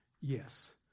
yes